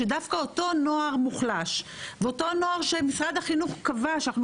שדווקא אותו נוער מוחלש ואותו נוער שמשרד החינוך קבע שאנחנו